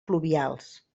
pluvials